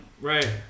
Right